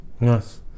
yes